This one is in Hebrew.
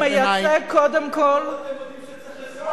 הוא מייצג קודם כול, לפחות אתם מודים שצריך עזרה.